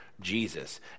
Jesus